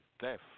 death